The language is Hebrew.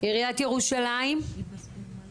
לא שלושה חודשים, נמצאת פה היועצת